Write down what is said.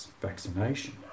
vaccination